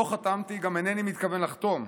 לא חתמתי, גם אינני מתכוון לחתום.